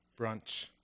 brunch